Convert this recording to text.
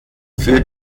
für